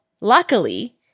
luckily